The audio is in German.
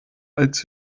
als